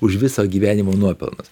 už viso gyvenimo nuopelnus